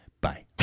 Bye